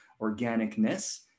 organicness